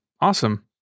Awesome